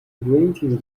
granting